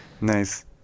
Nice